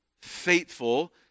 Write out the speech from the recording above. faithful